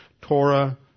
Torah